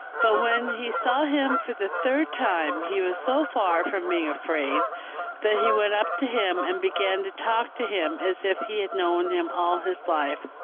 but when he saw him for the third time he was so far from being afraid that he went up to him and began to talk to him as if he had known him all his life.